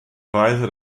weise